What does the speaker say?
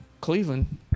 Cleveland